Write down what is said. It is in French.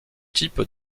type